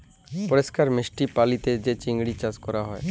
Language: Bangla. পরিষ্কার মিষ্টি পালিতে যে চিংড়ি চাস ক্যরা হ্যয়